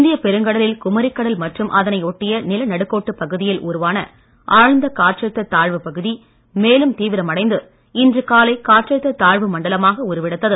இந்திய பெருங்கடலில் குமரிகடல் மற்றும் அதனையொட்டிய நிலநடுக்கோட்டுப் பகுதியில் உருவான ஆழ்ந்த காற்றழுத்த தாழ்வு பகுதி மேலும் தீவிரமடைந்து இன்று காலை காற்றழுத்த தாழ்வு மண்டலமாக உருவெடுத்தது